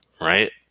right